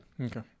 okay